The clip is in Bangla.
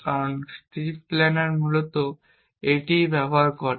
কারণ এই স্ট্রিপ প্ল্যানার মূলত এটিই ব্যবহার করেন